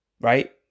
right